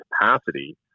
capacity